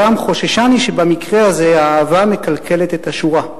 ברם, חוששני שבמקרה הזה האהבה מקלקלת את השורה,